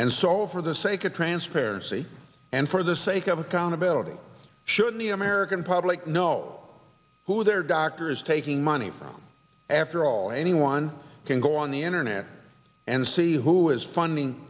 and so for the sake of transparency and for the sake of accountability should the american public know who the her doctor is taking money from after all anyone can go on the internet and see who is funding